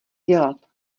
dělat